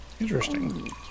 interesting